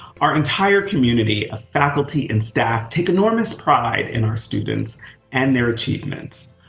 our entire community of faculty and staff take enormous pride in our students and their achievements,